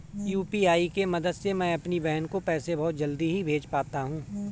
UPI के मदद से मैं अपनी बहन को पैसे बहुत जल्दी ही भेज पाता हूं